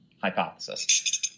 hypothesis